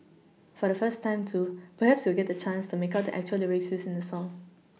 for the first time too perhaps you'll get the chance to make out the actual lyrics used in the song